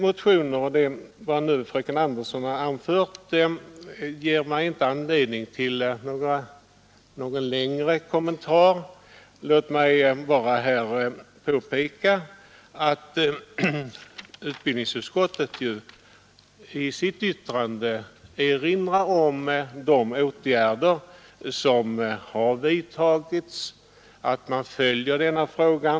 Motionerna och det som fröken Andersson i Stockholm har anfört ger mig inte anledning att göra någon längre kommentar. Låt mig bara påpeka att utbildningsutskottet i sitt betänkande erinrar om de åtgärder som har vidtagits och framhåller att man följer denna fråga.